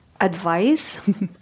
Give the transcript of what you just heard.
advice